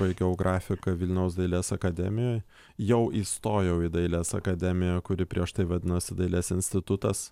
baigiau grafiką vilniaus dailės akademijoj jau įstojau į dailės akademiją kuri prieš tai vadinosi dailės institutas